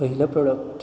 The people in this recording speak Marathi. पहिलं प्रॉडक्ट